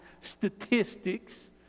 statistics